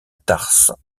tarse